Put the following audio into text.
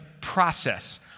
process